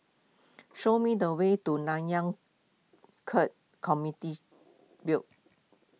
show me the way to Nanyang Khek Community Build